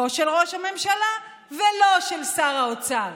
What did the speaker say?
לא של ראש הממשלה ולא של שר האוצר.